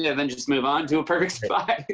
yeah then just move on to a perfect spy.